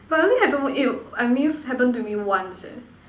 but I only happened I mean happened to me once eh